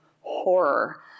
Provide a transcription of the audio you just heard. horror